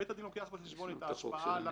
בית הדין לוקח בחשבון את ההשפעה על